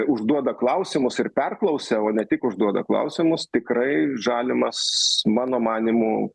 užduoda klausimus ir perklausia o ne tik užduoda klausimus tikrai žalimas mano manymu